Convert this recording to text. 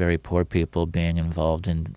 very poor people being involved in